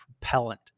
propellant